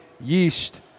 yeast